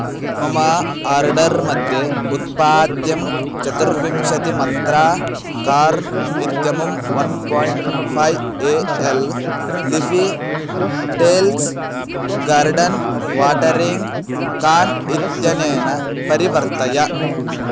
मम आर्डर् मध्ये उत्पाद्यं चतुर्विंशतिमन्त्राः कार्न् इत्यमुं one point five A L लिफ़ी टेल्स् गार्डेन् वाटरिङ्ग् कान् इत्यनेन परिवर्तय